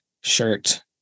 shirt